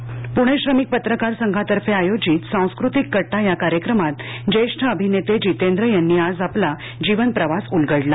प्णे श्रमिक पत्रकार संघातर्फे आयोजित सांस्कृतिक कट्टा या कार्यक्रमात ज्येष्ठ अभिनेते जितेंद्र यांनी आज आपला जीवन प्रवास उलगडला